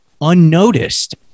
unnoticed